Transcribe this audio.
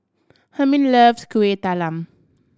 Hermine loves Kueh Talam